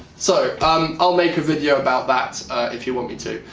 so um i'll make a video about that if you want me to.